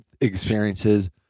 experiences